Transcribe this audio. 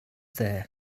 there